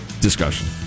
discussion